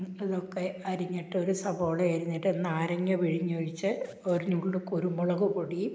അതൊക്കെ അരിഞ്ഞിട്ടൊരു സബോളയും അരിഞ്ഞിട്ട് ഒരു നാരങ്ങ പിഴിഞ്ഞൊഴിച്ച് ഒരു നുള്ള് കുരുമുളക് പൊടിയും